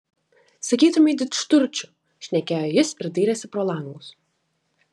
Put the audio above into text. sakytumei didžturčių šnekėjo jis ir dairėsi pro langus